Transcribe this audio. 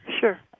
Sure